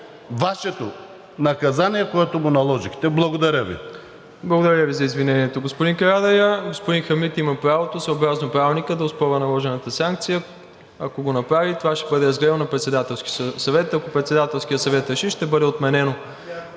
Вашето наказание, което го наложихте. Благодаря Ви. ПРЕДСЕДАТЕЛ МИРОСЛАВ ИВАНОВ: Благодаря Ви за извинението, господин Карадайъ. Господин Хамид има правото съобразно Правилника да оспорва наложената санкция. Ако го направи, това ще бъде разгледано на Председателски съвет. Ако Председателският съвет реши, ще бъде отменено.